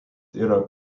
yra